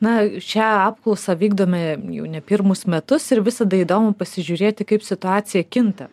na šią apklausą vykdome jau ne pirmus metus ir visada įdomu pasižiūrėti kaip situacija kinta